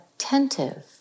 attentive